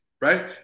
right